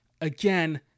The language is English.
Again